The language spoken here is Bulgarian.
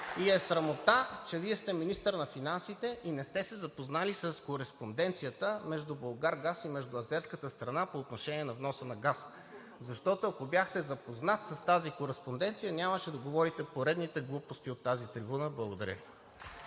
И е срамота, че Вие сте министър на финансите и не сте се запознали с кореспонденцията между „Булгаргаз“ и азерската стана по отношение на вноса на газ! Ако бяхте запознат с тази кореспонденция, нямаше да говорите поредните глупости от тази трибуна. Благодаря